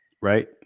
right